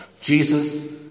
Jesus